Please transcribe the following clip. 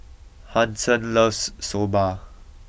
Hanson loves soba